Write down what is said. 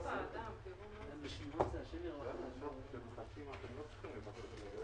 אמר שמבחינתו הרשות יכולה להמתין עם הקיצוצים והם יתחשבנו אחר-כך.